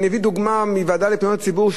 אביא דוגמה מהוועדה לפניות הציבור,